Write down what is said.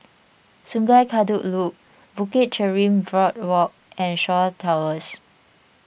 Sungei Kadut Loop Bukit Chermin Boardwalk and Shaw Towers